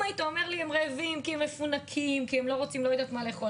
אם היית אומר שהם רעבים כי הם מפונקים ולא רוצים לאכול,